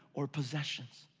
or possessions.